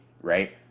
right